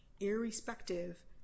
irrespective